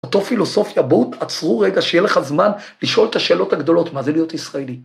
תו פילוסופיה, בואו תעצרו רגע, שיהיה לך זמן לשאול את השאלות הגדולות, מה זה להיות ישראלי.